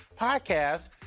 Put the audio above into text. podcast